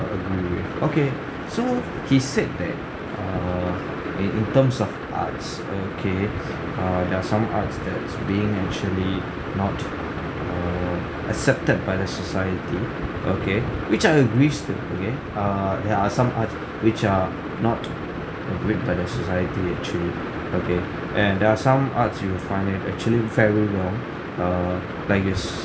but agree with okay so he said that err in in terms of arts okay uh there are some arts that's being actually not err accepted by the society okay which I agrees to okay err there are some arts which are not agreed by the society actually okay and there are some arts you will find it actually very wrong err like it's